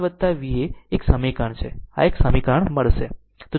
તો તે Va ભાગ્યા 5Va એક સમીકરણ છે આ એક સમીકરણ મળશે